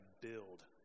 build